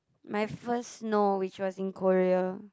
my first no which was in Korea